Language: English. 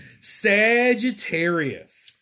Sagittarius